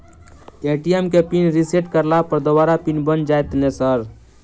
ATM केँ pin reset करला पर दोबारा पिन बन जाइत नै सर?